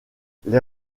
les